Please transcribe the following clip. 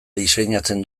diseinatzen